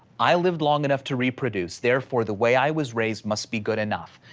i lived long enough to reproduce, therefore, the way i was raised must be good enough.